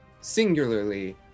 singularly